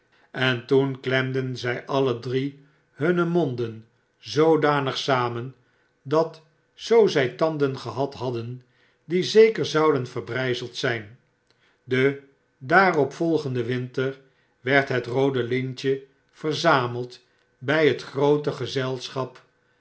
en toen klemden alle drie hunne monden zoodanig samen dat zoo zij tanden gehad hadden die zeker zouden verbrjjzeld zijn den daarop volgenden winter werd het roode lintje verzameld bjj het groote gezelschap